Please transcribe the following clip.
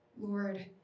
Lord